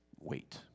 wait